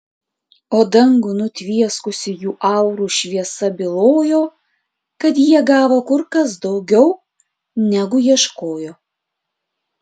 o dangų nutvieskusi jų aurų šviesa bylojo kad jie gavo kur kas daugiau negu ieškojo